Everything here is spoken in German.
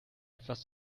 etwas